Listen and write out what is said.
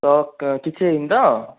ତ କିଛି ହେଇନି ତ